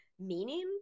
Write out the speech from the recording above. meaning